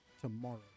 tomorrow